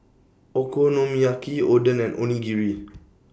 Okonomiyaki Oden and Onigiri